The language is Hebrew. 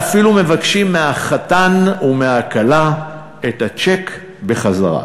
ואפילו מבקשים מהחתן ומהכלה את הצ'ק בחזרה.